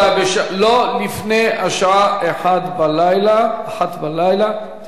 לא לפני השעה 01:00 תהיה הצבעה.